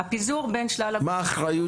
הפיזור בין שלל --- מהי האחריות